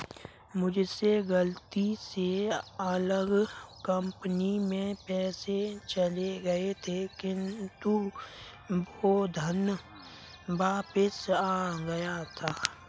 मुझसे गलती से अलग कंपनी में पैसे चले गए थे किन्तु वो धन वापिस आ गया था